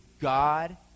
God